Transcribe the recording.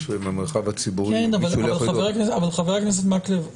ובמרחב הציבורי --- חבר הכנסת מקלב,